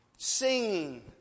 Singing